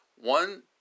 One